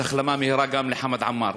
אז החלמה מהירה גם לחמד עמאר.